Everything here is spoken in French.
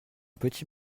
petit